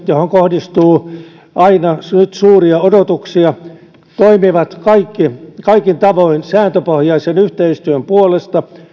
johon kohdistuu nyt suuria odotuksia toimivat kaikin tavoin sääntöpohjaisen yhteistyön puolesta